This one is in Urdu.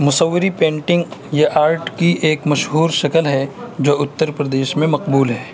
مصوری پینٹنگ یہ آرٹ کی ایک مشہور شکل ہے جو اتر پردیش میں مقبول ہے